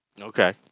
okay